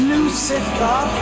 Lucifer